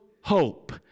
hope